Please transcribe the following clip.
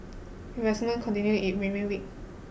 investment continue it remain weak